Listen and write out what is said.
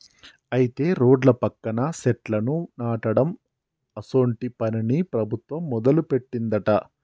అయితే రోడ్ల పక్కన సెట్లను నాటడం అసోంటి పనిని ప్రభుత్వం మొదలుపెట్టిందట